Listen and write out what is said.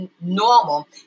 normal